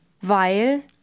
Weil